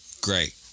Great